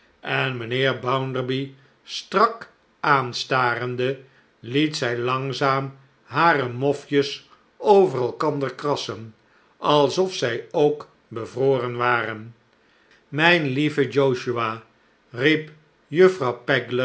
en mijnheer bounderby strak aanstarende liet zij langzaam hare mofjes over elkander krassen alsof zij ook bevroren waren mijn lieve josiah riep juffrouw